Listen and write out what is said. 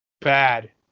Bad